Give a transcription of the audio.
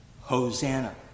Hosanna